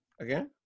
again